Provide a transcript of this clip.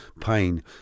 pain